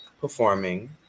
performing